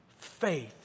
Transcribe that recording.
faith